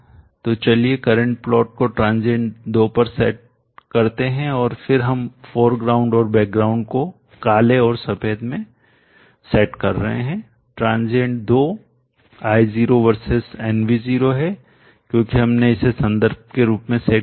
तो चलिए current plot को ट्रांजियंट 2 पर सेट करते हैं और फिर हम फोरग्राउंडअग्रभूमि और बैकग्राउंड पृष्ठभूमि को काले और सफेद में सेट कर रहे हैं और ट्रांजियंट 2 क्षणिक2 I0 वर्सेस nv0 है क्योंकि हमने इसे संदर्भ के रूप में सेट किया है